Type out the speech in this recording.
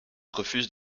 refuse